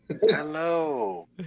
Hello